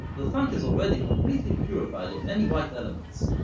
the funk is already completely purified of any white elements,